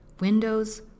Windows